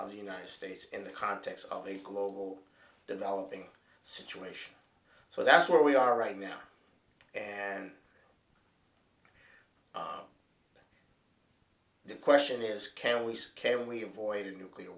of the united states in the context of a global developing situation so that's where we are right now and the question is can we scale and we avoid a nuclear